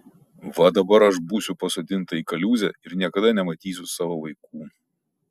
va dabar aš būsiu pasodinta į kaliūzę ir niekada nematysiu savo vaikų